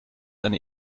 eine